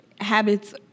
Habits